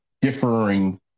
differing